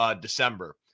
December